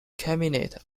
cabinet